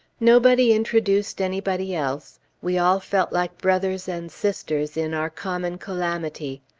nobody introduced anybody else we all felt like brothers and sisters in our common calamity.